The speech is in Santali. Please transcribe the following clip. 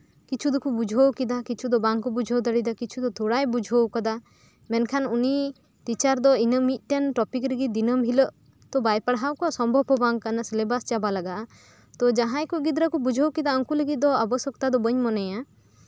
ᱠᱤᱪᱷᱩ ᱫᱚᱠᱚ ᱵᱩᱡᱷᱟᱣᱟ ᱠᱤᱪᱷᱩ ᱫᱚ ᱵᱟᱝᱠᱚ ᱵᱩᱡᱷᱟᱹᱣ ᱫᱟᱲᱮᱭᱟᱜᱼᱟ ᱠᱤᱪᱷᱩ ᱫᱚ ᱛᱷᱚᱲᱟᱭ ᱵᱩᱡᱷᱟᱹᱣ ᱟᱠᱟᱫᱟ ᱢᱮᱱᱠᱷᱟᱱ ᱩᱱᱤ ᱴᱤᱪᱟᱨ ᱫᱚᱯ ᱢ ᱤᱫᱴᱟᱱ ᱴᱚᱯᱤᱠ ᱨᱮᱫᱚ ᱫᱤᱱᱟᱹᱢ ᱛᱚ ᱵᱟᱭ ᱯᱟᱲᱦᱟᱣ ᱠᱚᱣᱟ ᱥᱚᱢᱵᱷᱚᱵ ᱦᱚᱸ ᱵᱟᱝ ᱠᱟᱱᱟ ᱥᱤᱞᱮᱵᱟᱥ ᱪᱟᱵᱟ ᱞᱟᱜᱟᱜᱼᱟ ᱩᱱᱠᱩᱱᱜᱤᱫᱽᱨᱟ ᱠᱚ ᱵᱩᱡᱷᱟᱹᱣ ᱠᱟᱫᱟ ᱩᱱᱠᱩ ᱞᱟᱹᱜᱤᱫ ᱫᱚ ᱚᱥᱩᱵᱤᱫᱷᱟ ᱫᱚ ᱵᱟᱹᱱᱩᱜᱼᱟ